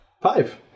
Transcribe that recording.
Five